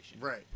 Right